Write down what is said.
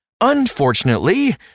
Unfortunately